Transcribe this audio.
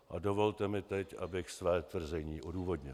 A dovolte mi teď, abych své tvrzení odůvodnil.